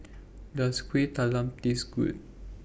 Does Kueh Talam Taste Good